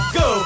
go